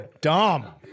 dumb